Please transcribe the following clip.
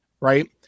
right